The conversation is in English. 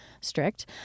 strict